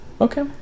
Okay